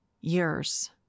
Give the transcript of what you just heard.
years